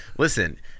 Listen